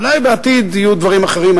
אולי בעתיד יהיו דברים אחרים.